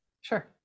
Sure